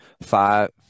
five